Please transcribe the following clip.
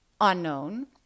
unknown